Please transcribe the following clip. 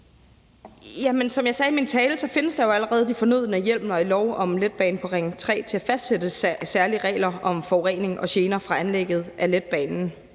som jeg sagde i min tale, findes der jo allerede de fornødne hjemler i lov om letbanen på Ring 3 til fastsættelse af særlige regler om forurening og gener fra anlægget af letbanen,